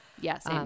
yes